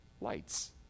Lights